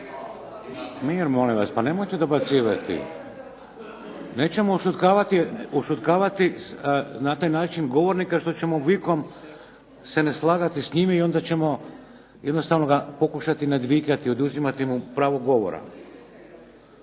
Mir molim vas, pa nemojte dobacivati. Nećemo ušutkavati na taj način govornika što ćemo vikom se ne slagati s njim i onda ćemo jednostavno ga pokušati nadvikati i oduzimati mu pravo govora.